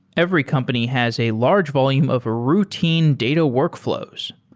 every company has a large volume of routine data workfl ows.